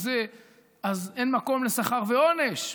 אז אין מקום לשכר ועונש.